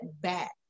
back